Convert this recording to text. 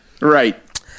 Right